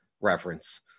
reference